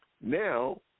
now